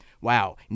wow